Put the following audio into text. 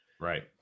Right